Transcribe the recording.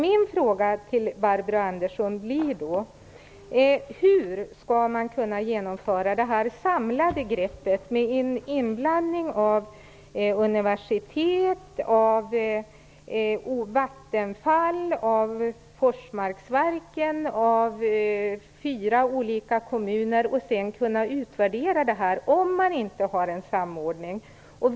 Min fråga till Barbro Andersson blir: Hur skall man kunna få ett samlat grepp, med en inblandning av universitet, Vattenfall, Forsmarksverken och fyra olika kommuner och sedan kunna utvärdera arbetet om det inte finns en samordning?